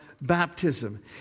baptism